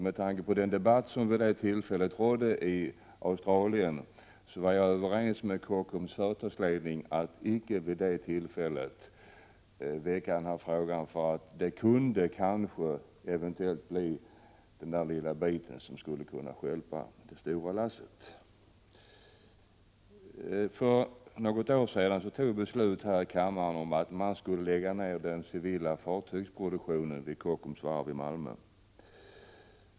Med tanke på den debatt som just då fördes i Australien var jag överens med Kockums företagsledning om att icke vid det tillfället väcka den här frågan, för det hade kanske kunnat bli den lilla tuvan som stjälpt hela lasset. För något år sedan beslöt vi här i kammaren att lägga ned den civila fartygsproduktionen vid Kockums varv i Malmö.